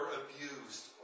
abused